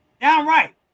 Downright